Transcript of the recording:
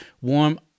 warm